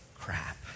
crap